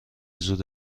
زود